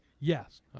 Yes